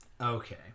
Okay